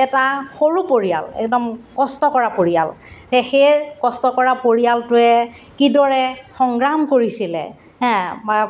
এটা সৰু পৰিয়াল একদম কষ্ট কৰা পৰিয়াল সেই কষ্ট কৰা পৰিয়ালটোৱে কিদৰে সংগ্ৰাম কৰিছিলে হে